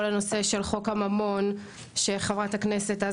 כל הנושא של חוק הממון שחברת הכנסת אז